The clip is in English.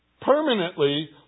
permanently